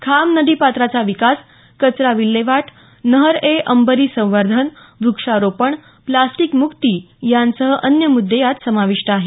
खाम नदीपात्राचा विकास कचरा विल्हेवाट नहर ए अंबरी संवर्धन वृक्षारोपण प्लास्टिक मुक्ती यांसह अन्य मुद्दे यात समाविष्ट आहेत